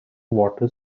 water